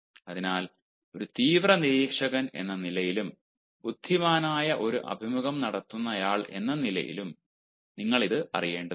അതിനാൽ ഒരു തീവ്ര നിരീക്ഷകൻ എന്ന നിലയിലും ബുദ്ധിമാനായ ഒരു അഭിമുഖം നടത്തുന്നയാൾ എന്ന നിലയിലും നിങ്ങൾ ഇത് അറിയേണ്ടതുണ്ട്